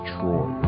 Troy